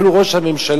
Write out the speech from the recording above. אפילו ראש הממשלה,